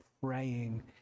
praying